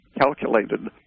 calculated